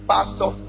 Pastor